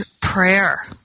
prayer